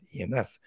EMF